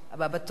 הבא בתור,